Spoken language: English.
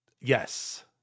Yes